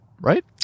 right